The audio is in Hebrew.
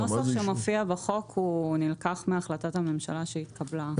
הנוסח שמופיע בחוק נלקח מהחלטת הממשלה שהתקבלה.